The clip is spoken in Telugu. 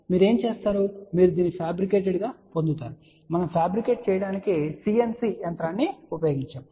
మీరు ఏమి చేస్తారు మీరు దీన్ని ఫ్యాబ్రికేటడ్ గా పొందుతారు మనము ఫ్యాబ్రికేట్ చేయడానికి CNC యంత్రాన్ని ఉపయోగించాము